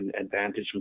advantage